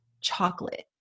chocolate